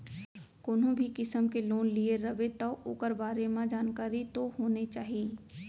कोनो भी किसम के लोन लिये रबे तौ ओकर बारे म जानकारी तो होने चाही